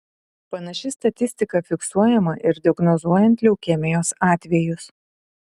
panaši statistika fiksuojama ir diagnozuojant leukemijos atvejus